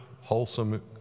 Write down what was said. wholesome